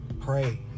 Pray